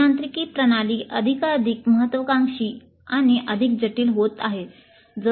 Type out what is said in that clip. अभियांत्रिकी प्रणाली अधिकाधिक महत्वाकांक्षी आणि अधिक जटिल होत आहेत